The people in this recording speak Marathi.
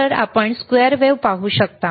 तर आपण स्क्वेअर वेव्ह पाहू शकता